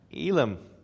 Elam